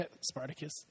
spartacus